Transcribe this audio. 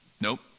Nope